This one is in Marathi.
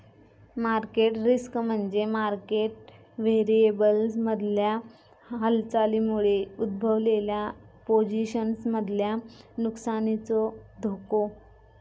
मार्केट रिस्क म्हणजे मार्केट व्हेरिएबल्समधल्या हालचालींमुळे उद्भवलेल्या पोझिशन्समधल्या नुकसानीचो धोको